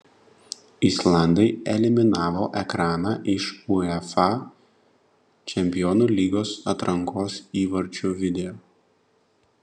islandai eliminavo ekraną iš uefa čempionų lygos atrankos įvarčių video